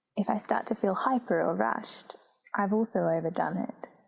if i start to feel hyper or rushed i've also overdone it.